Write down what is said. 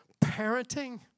parenting